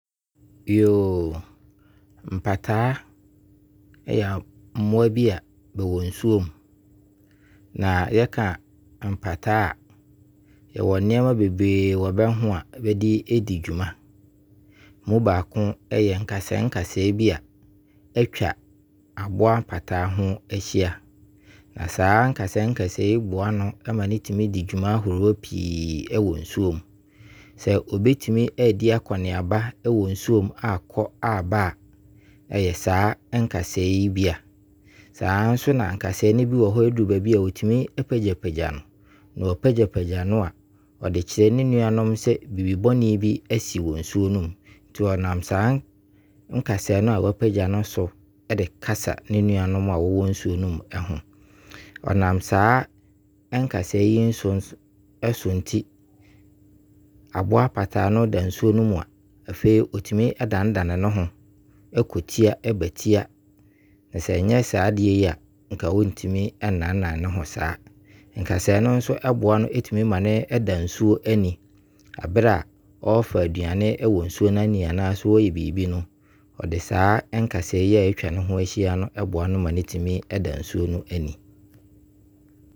mpataa yɛ mmoa bi a bɛwɔ nsuo mu Na yɛka mpataa a, bɛwɔ nneɛma bebree wɔ bɛho a bɛde di dwuma Mu baako yɛ nkaseɛ nkaseɛ bi a atwa aboa mpataa ho ahyia. Saa nkaseɛ nkaseɛ yi boa no ma no di dwuma ahoroɔ pii wɔ nsuo mu. Sɛ ɛbɛtumi adi akoneaba wɔ nsuo mu, akɔ aba a ɔyɛ saa nkaseɛ yi bi a. Saa nso na nkaseɛ yi bi wɔ hɔ a, ɛduru baabi a ɔtumi pagya pagya no. Na ɔpagyapagya no a, ɔde kyerɛ ne nnuanom sɛ biribi bɔne bi asi wɔ nsuo no mu. Nti ɔnam saa nkaseɛ no a wapagya no so ɛde kasa ne nnuanom a wɔwɔ nsuo no mu no ɛho. Ɔnam saa nkaseɛ yi nso ɛso nti, aboa Pataa no da nsuo mu a, afei ɔtumi danedane ne ho, ɛɛɔ tia ba tia. Na sɛ ɛnyɛ saa adeɛ yi a, ɔntumi nnane nnane ne ho saa. Nkaseɛ yi nso ɛboa no ma no tumi da nsuo no ani wɔ berɛ ɔfa aduane wɔ nsuo no ani anaa sɛ ɔyɛ biribi no. Saa nkaseɛ yi a atwa ne ho ahyia ɛboa no ma no tumi da nsuo no ani.